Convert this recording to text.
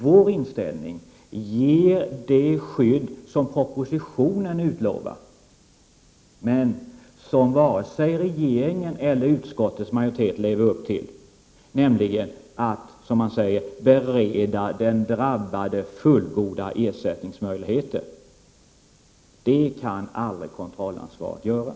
Vår inställning ger det skydd som propositionen utlovar men varken regeringen eller utskottets majoritet lever upp till, nämligen att, som man säger, bereda den drabbade fullgoda ersättningsmöjligheter. Det kan aldrig kontrollansvaret göra.